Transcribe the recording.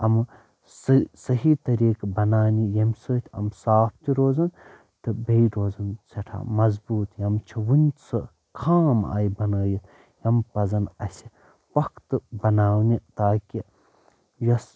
یِمہٕ صٔ صحی طٔریٖقہ بناونہِ ییٚمہِ سۭتۍ یِم صاف تہِ روزن تہٕ بیٚیہِ روزن سیٚٹھاہ مظبوط یم چھِ ؤنہِ سُہ خام آیہِ بنٲوِتھ یم پزن اسہِ پۅختہٕ بناونہِ تاکہِ یۅس